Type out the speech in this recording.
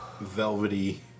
velvety